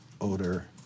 odor